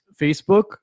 Facebook